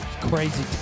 Crazy